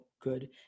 good